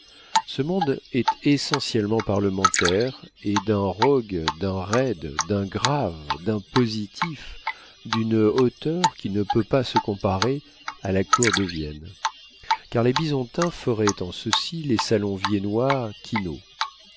ce monde est essentiellement parlementaire et d'un rogue d'un raide d'un grave d'un positif d'une hauteur qui ne peut pas se comparer à la cour de vienne car les bisontins feraient en ceci les salons viennois